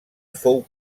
fou